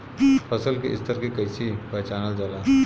फसल के स्तर के कइसी पहचानल जाला